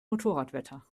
motorradwetter